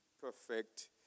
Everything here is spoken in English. perfect